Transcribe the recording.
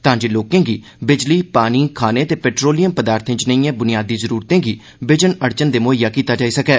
तां जे लोकें गी बिजली पानी खाने ते पटोलियम पदार्थे जनेइएं बुनियादी जरूरतें गी बिजन अड़चन दे मुहैआ कीता जाई सकै